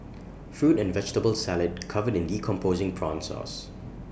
fruit and vegetable salad covered in decomposing prawn sauce